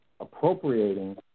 appropriating